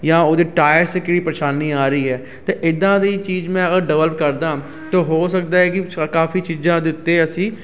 ਜਾਂ ਉਹਦੀ ਟਾਇਰਸ 'ਚ ਕਿਹੜੀ ਪਰੇਸ਼ਾਨੀ ਆ ਰਹੀ ਹੈ ਅਤੇ ਇੱਦਾਂ ਦੀ ਚੀਜ਼ ਮੈਂ ਡਿਵੈਲਪ ਕਰਦਾ ਅਤੇ ਹੋ ਸਕਦਾ ਹੈ ਕਿ ਕਾਫੀ ਚੀਜ਼ਾਂ ਦੇ ਉੱਤੇ ਅਸੀਂ